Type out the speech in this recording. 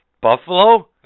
Buffalo